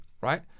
right